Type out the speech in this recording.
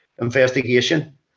investigation